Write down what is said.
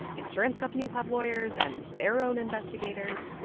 insurance companies have lawyers and their own investigators.